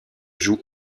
joue